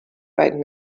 right